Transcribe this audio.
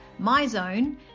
MyZone